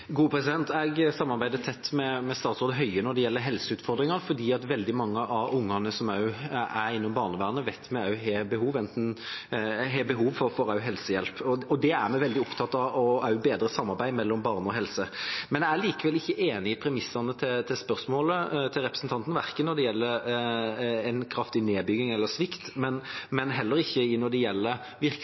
Høie når det gjelder helseutfordringer, for veldig mange av barna som er innom barnevernet, vet vi også har behov for helsehjelp. Vi er veldig opptatt av å bedre samarbeidet om barn og helse. Jeg er likevel ikke enig i premissene i spørsmålet til representanten, verken om en kraftig nedbygging eller om svikt, og heller ikke når det gjelder